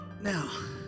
Now